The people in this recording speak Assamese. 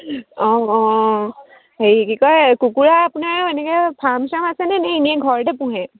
অঁ অঁ হেৰি কি কয় কুকুৰা আপোনাৰ এনেকৈ ফাৰ্ম চাৰ্ম আছেনে নে এনেই ঘৰতে পোহে